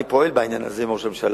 אני פועל בעניין הזה עם ראש הממשלה.